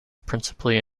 principally